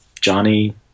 Johnny